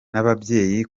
n’ababyeyi